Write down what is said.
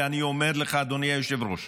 ואני אומר לך, אדוני היושב-ראש,